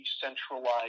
decentralized